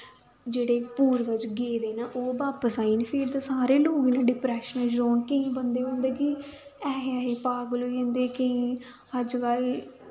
जेह्ड़े पूर्वज़ गेदे न ओह् आन फिर ते सारे लोक डिप्रैशन च रौह्न केईं बंदे होंदे कि ऐसे ऐसे पागल होई जंदे केईं अज्जकल